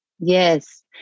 Yes